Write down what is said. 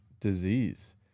disease